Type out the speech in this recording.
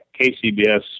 KCBS